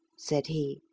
said he,